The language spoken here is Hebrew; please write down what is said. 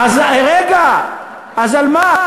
אז רגע, אז על מה?